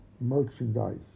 merchandise